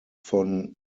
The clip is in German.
von